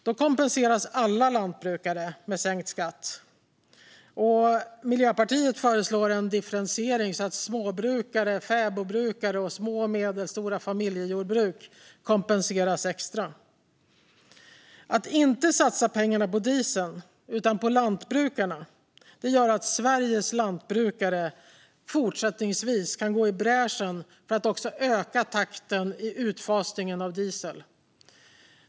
Då kompenseras alla lantbrukare med sänkt skatt. Miljöpartiet föreslår en differentiering så att småbrukare, fäbodbrukare och små och medelstora familjejordbruk kompenseras extra. Att inte satsa pengarna på dieseln utan på lantbrukarna gör att Sveriges lantbrukare fortsättningsvis kan gå i bräschen för att också öka takten i utfasningen av diesel.